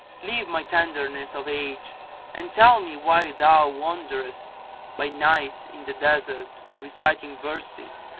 leave my tenderness of age and tell me why thou wanderest by night in the desert reciting verses.